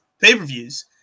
pay-per-views